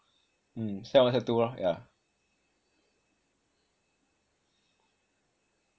mm sec one sec two lor yah